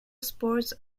sports